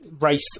race